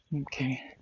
Okay